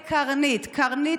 קרנית,